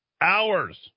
hours